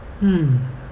hmm